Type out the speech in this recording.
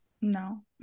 No